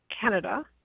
Canada